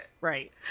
Right